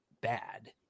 bad